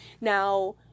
now